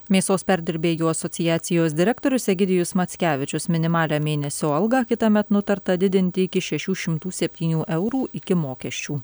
mėsos perdirbėjų asociacijos direktorius egidijus mackevičius minimalią mėnesio algą kitąmet nutarta didinti iki šešių šimtų septynių eurų iki mokesčių